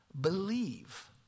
believe